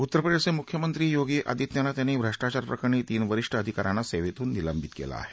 उत्तर प्रदेश चे मुख्यमंत्री योगी आदित्यनाथ यांनी भ्रष्टाचार प्रकरणी तीन वरिष्ठ अधिकाऱ्यांना सेवेतून निलंबित केलं आहे